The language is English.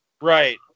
Right